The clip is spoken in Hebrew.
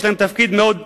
יש להם תפקיד מאוד חשוב.